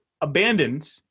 abandoned